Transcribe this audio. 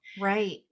right